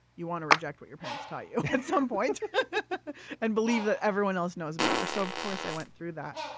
you want to reject what your parents taught you at some point and believe that everyone else knows better. so, of course i went through that.